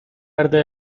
verde